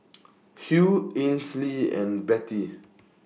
Hugh Ainsley and Bettye